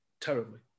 Terribly